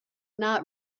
not